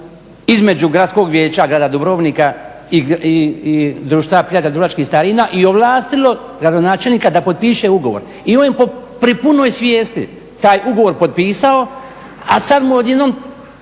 između Gradskog vijeća grada Dubrovnika i Društva prijatelja dubrovačkih starina i ovlastilo gradonačelnika da potpiše ugovor. I on je pri punoj svijesti taj ugovor potpisao, a sad mu odjednom